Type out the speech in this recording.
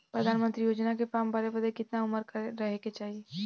प्रधानमंत्री योजना के फॉर्म भरे बदे कितना उमर रहे के चाही?